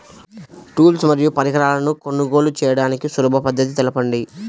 Tools మరియు పరికరాలను కొనుగోలు చేయడానికి సులభ పద్దతి తెలపండి?